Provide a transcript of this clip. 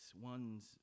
one's